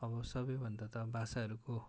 अब सबैभन्दा त भाषाहरूको